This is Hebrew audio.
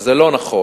וזה לא נכון.